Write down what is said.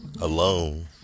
alone